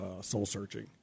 soul-searching